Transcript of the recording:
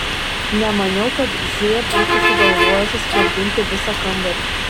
nemaniau kad z būtų sugalvojęs susprogdinti visą kambarį